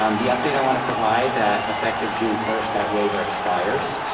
um the update i wanna provide that effective june first, that waiver expires,